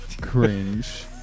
cringe